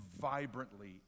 vibrantly